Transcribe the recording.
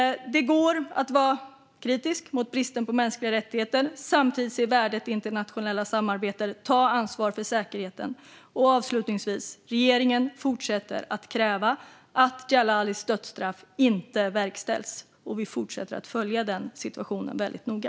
Det går att vara kritisk mot bristen på mänskliga rättigheter och samtidigt se värdet i internationella samarbeten och ta ansvar för säkerheten. Avslutningsvis: Regeringen fortsätter kräva att Djalalis dödsstraff inte verkställs. Vi fortsätter följa den situationen väldigt noga.